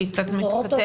שהיא קצת מתכתבת,